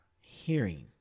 hearing